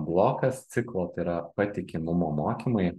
blokas ciklo tai yra patikimumo mokymai